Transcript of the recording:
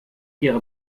ihre